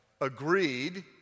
agreed